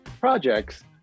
projects